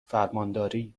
فرمانداری